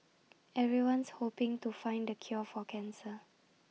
everyone's hoping to find the cure for cancer